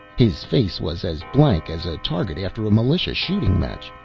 his face was as blank as a target after a militia shooting-match.